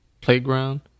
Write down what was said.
playground